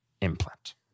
implant